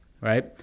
right